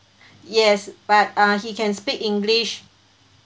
yes but uh he can speak english